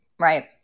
Right